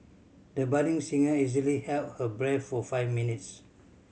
the budding singer easily held her breath for five minutes